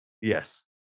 yes